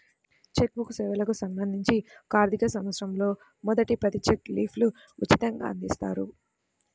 check book సేవలకు సంబంధించి ఒక ఆర్థికసంవత్సరంలో మొదటి పది చెక్ లీఫ్లు ఉచితంగ అందిస్తారు